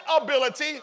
ability